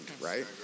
right